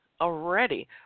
Already